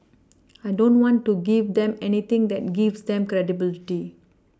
I don't want to give them anything that gives them credibility